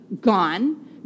gone